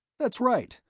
that's right,